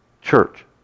church